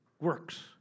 works